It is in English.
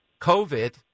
covid